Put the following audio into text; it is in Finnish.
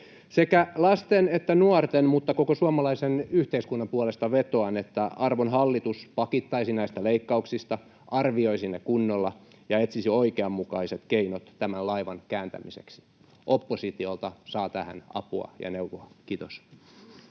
Sekä lasten että nuorten mutta koko suomalaisen yhteiskunnan puolesta vetoan, että arvon hallitus pakittaisi näistä leikkauksista, arvioisi ne kunnolla ja etsisi oikeanmukaiset keinot tämän laivan kääntämiseksi. Oppositiolta saa tähän apua ja neuvoja. — Kiitos.